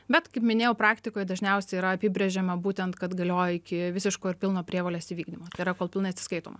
bet kaip minėjau praktikoj dažniausiai yra apibrėžiama būtent kad galioja iki visiško ir pilno prievolės įvykdymo tai yra kol pilnai atsiskaitoma